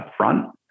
upfront